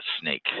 snake